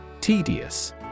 Tedious